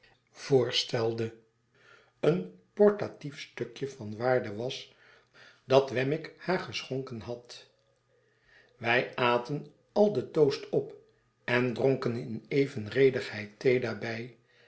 voorstelde een portatief stukje van waarde was dat wemmick haar geschonken had wij aten al den toast op en dronken in evenredigheid thee daarbij